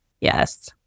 Yes